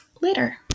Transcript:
later